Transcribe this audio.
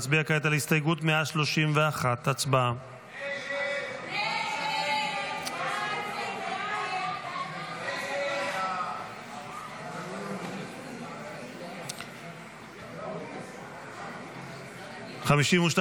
נצביע כעת על הסתייגות 131. הצבעה.